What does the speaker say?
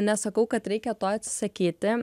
nesakau kad reikia to atsisakyti